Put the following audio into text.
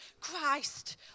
Christ